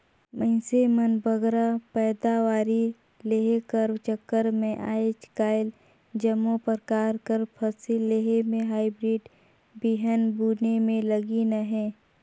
मइनसे मन बगरा पएदावारी लेहे कर चक्कर में आएज काएल जम्मो परकार कर फसिल लेहे में हाईब्रिड बीहन बुने में लगिन अहें